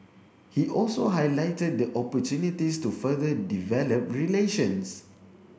he also highlighted the opportunities to further develop relations